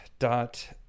dot